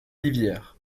livière